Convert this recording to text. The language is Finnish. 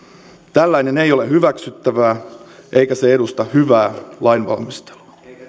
tällainen ei ole hyväksyttävää eikä se edusta hyvää lainvalmistelua